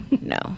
no